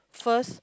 first